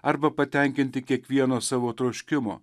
arba patenkinti kiekvieno savo troškimo